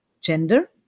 gender